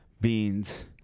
beans